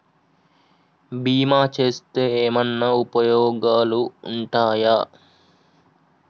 బీమా చేస్తే ఏమన్నా ఉపయోగాలు ఉంటయా?